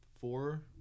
four